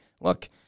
look